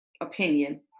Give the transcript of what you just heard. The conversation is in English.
opinion